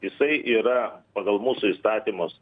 jisai yra pagal mūsų įstatymus